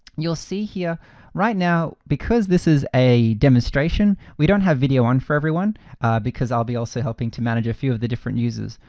you'll see here right now, because this is a demonstration, we don't have video on for everyone because i'll be also helping to manage a few of the different users.